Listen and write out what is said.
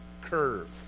curve